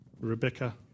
Rebecca